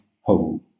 home